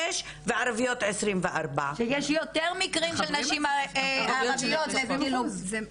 וערביות 24. אז מגיעים ל-30 אחוז ממוצע.